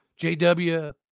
JW